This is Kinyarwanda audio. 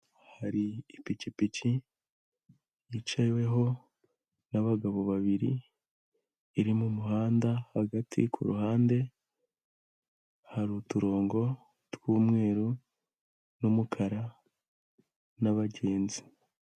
Hari ipikipiki, yicaweho n'abagabo babiri, iri mumuhanda hagati kuruhande, hari uturongo tw'umweru n'umukara, n'abagenzi.